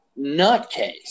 nutcase